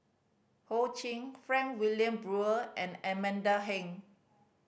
Ho Ching Frank Wilmin Brewer and Amanda Heng